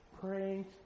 praying